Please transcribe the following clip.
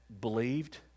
believed